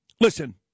listen